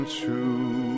True